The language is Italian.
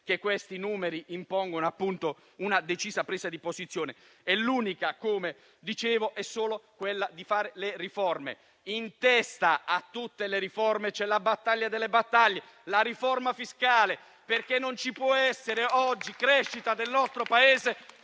che questi numeri impongono una decisa presa di posizione e l'unica cosa, come dicevo, è quella di fare le riforme: in testa a tutte c'è la battaglia delle battaglie, la riforma fiscale, perché non ci può essere oggi crescita del Paese,